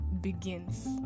begins